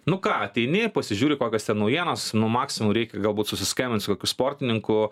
nu ką ateini pasižiūri kokios naujienos nu maksimum reikia galbūt susiskambint su tokiu sportininku